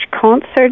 concert